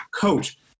coach